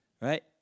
Right